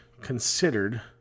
considered